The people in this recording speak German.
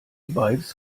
bikes